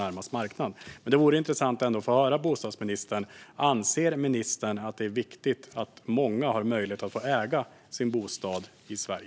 Det vore dock intressant att få höra om bostadsministern anser att det är viktigt att många har möjlighet att äga sin bostad i Sverige.